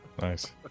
Nice